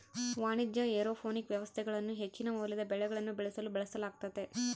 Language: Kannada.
ವಾಣಿಜ್ಯ ಏರೋಪೋನಿಕ್ ವ್ಯವಸ್ಥೆಗಳನ್ನು ಹೆಚ್ಚಿನ ಮೌಲ್ಯದ ಬೆಳೆಗಳನ್ನು ಬೆಳೆಸಲು ಬಳಸಲಾಗ್ತತೆ